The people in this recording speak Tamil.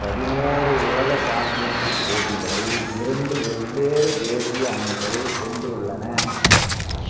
பதினோரு உலக சாம்பியன்ஷிப் போட்டிகளை இரண்டு வெவ்வேறு தேசிய அணிகள் வென்றுள்ளன